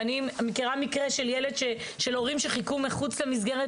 אני מכירה מקרה של ילד של הורים שחיכו מחוץ למסגרת